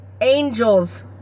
Angels